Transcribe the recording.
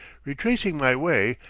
retracing my way,